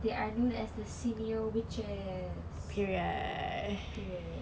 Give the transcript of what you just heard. they are known as the senior witches